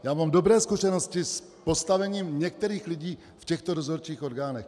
Mám dobré zkušenosti s postavením některých lidí v těchto dozorčích orgánech.